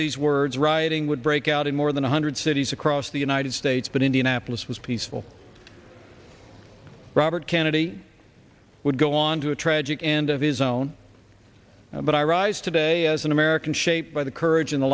these words rioting would break out in more than one hundred cities across the united states but indianapolis was peaceful robert kennedy would go on to a tragic end of his own but i rise today as an american shaped by the courage in the